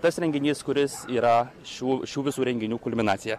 tas renginys kuris yra šių šių visų renginių kulminacija